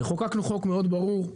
חוקקנו חוק מאוד ברור.